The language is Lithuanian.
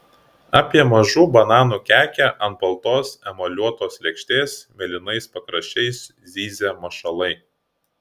apie mažų bananų kekę ant baltos emaliuotos lėkštės mėlynais pakraščiais zyzia mašalai